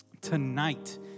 Tonight